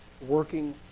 working